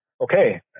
okay